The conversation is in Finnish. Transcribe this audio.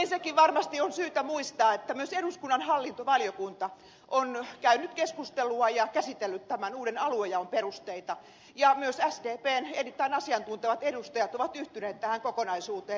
ensinnäkin varmasti on syytä muistaa että myös eduskunnan hallintovaliokunta on käynyt keskustelua ja käsitellyt tämän uuden aluejaon perusteita ja myös sdpn erittäin asiantuntevat edustajat ovat yhtyneet tähän kokonaisuuteen